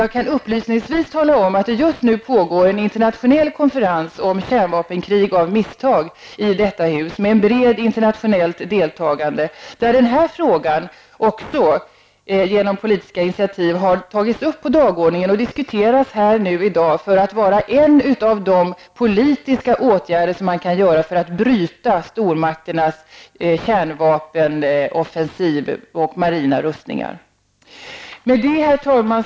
Jag kan upplysningsvis tala om att det just nu i detta hus pågår en internationell konferens om kärnvapenkrig av misstag. I denna konferens, med brett internationellt deltagande, har den här frågan genom politiska initiativ tagits upp på dagordningen och diskuteras här i dag. Det gäller en av de politiska åtgärder som man kan vidta för att bryta stormakternas kärnvapenoffensiv och marina rustningar. Herr talman!